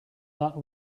that